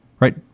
right